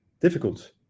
difficult